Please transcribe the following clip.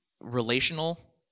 relational